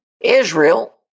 Israel